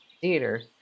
theater